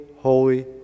holy